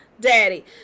daddy